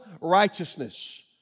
righteousness